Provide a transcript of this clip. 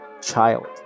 child